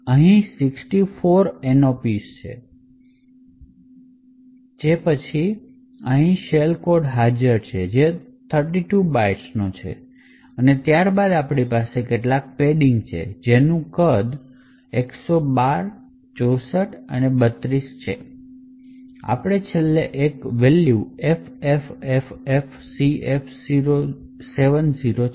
અહીં 64 nops હોવા જોઈએ જે પછી અહીં શેલ કોડ હાજર છે જે 32 bytes નો છે અને ત્યારબાદ આપણી પાસે કેટલાક પેડિંગ છે જેનું કદ બાઇટ્સના 112 64 32 છે અને આપણું છેલ્લે એક વેલ્યુ FFFFCF70 છે